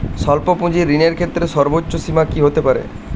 স্বল্প পুঁজির ঋণের ক্ষেত্রে সর্ব্বোচ্চ সীমা কী হতে পারে?